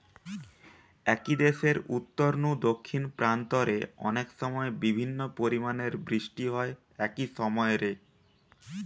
একই দেশের উত্তর নু দক্ষিণ প্রান্ত রে অনেকসময় বিভিন্ন পরিমাণের বৃষ্টি হয় একই সময় রে